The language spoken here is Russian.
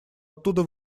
оттуда